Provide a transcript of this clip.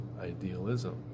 idealism